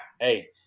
hey